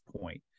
point